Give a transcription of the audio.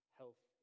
health